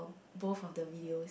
both of the videos